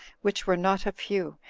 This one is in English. which were not a few,